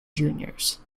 juniors